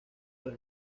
los